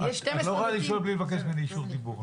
את לא יכולה לשאול בלי לבקש ממני אישור דיבור,